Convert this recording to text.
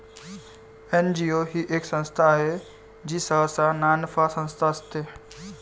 NGO ही एक संस्था आहे जी सहसा नानफा संस्था असते